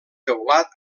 teulat